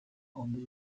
andré